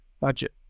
budget